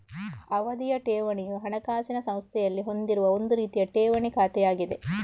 ಅವಧಿಯ ಠೇವಣಿಯು ಹಣಕಾಸಿನ ಸಂಸ್ಥೆಯಲ್ಲಿ ಹೊಂದಿರುವ ಒಂದು ರೀತಿಯ ಠೇವಣಿ ಖಾತೆಯಾಗಿದೆ